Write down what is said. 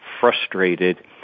frustrated